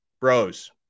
bros